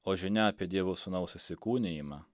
o žinia apie dievo sūnaus įsikūnijimą